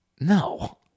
No